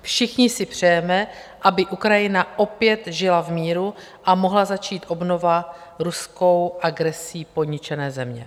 Všichni si přejeme, aby Ukrajina opět žila v míru a mohla začít obnova ruskou agresí poničené země.